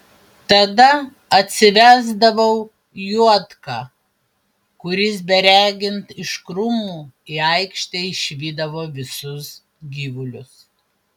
tada atsivesdavau juodką kuris beregint iš krūmų į aikštę išvydavo visus gyvulius